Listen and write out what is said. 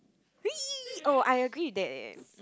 oh I agree with that eh